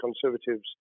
Conservatives